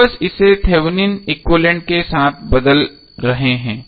हम बस इसे थेवेनिन एक्विवैलेन्ट के साथ बदल रहे हैं